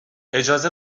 اجازه